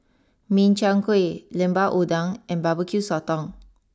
Min Chiang Kueh Lemper Udang and barbecue Sotong